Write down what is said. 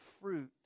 fruit